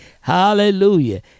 Hallelujah